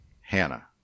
Hannah